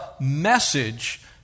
message